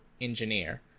engineer